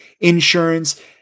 insurance